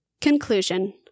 Conclusion